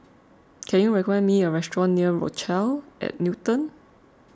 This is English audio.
can you recommend me a restaurant near Rochelle at Newton